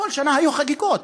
כל שנה היו חגיגות.